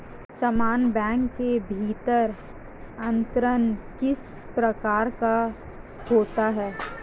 समान बैंक के भीतर अंतरण किस प्रकार का होता है?